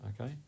okay